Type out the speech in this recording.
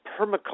permaculture